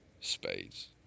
spades